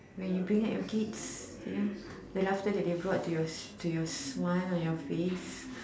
when you bring out your kids you know the last time that they brought to your to your smile on your face